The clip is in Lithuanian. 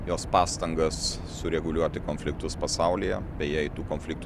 jos pastangas sureguliuoti konfliktus pasaulyje beje į tų konfliktų